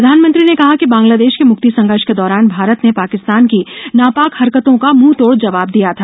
प्रधानमंत्री ने कहा कि बांग्लादेश के मुक्ति संघर्ष के दौरान भारत ने पाकिस्तान की नापाक हरकतों का मुंहतोड जवाब दिया था